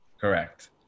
correct